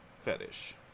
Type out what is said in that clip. fetish